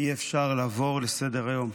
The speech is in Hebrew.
אי-אפשר לעבור לסדר-היום.